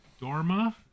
Dorma